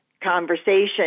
conversation